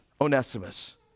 Onesimus